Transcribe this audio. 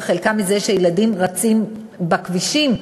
וחלקן מזה שילדים רצים בכבישים,